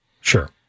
Sure